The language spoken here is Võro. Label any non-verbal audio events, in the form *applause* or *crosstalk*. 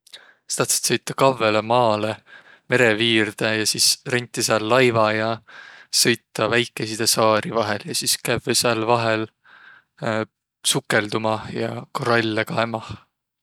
Saq tahtsõt sõitaq kavvõlõ maalõ, mere viirde ja sis rentiq sääl laiva ja sõitaq väikeiside saari vaihõl. Ja sis kävvüq sääl vaihõl *hesitation* sukõldumah ja korallõ kaemah.